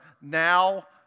now